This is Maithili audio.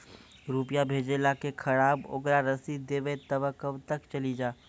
रुपिया भेजाला के खराब ओकरा रसीद देबे तबे कब ते चली जा?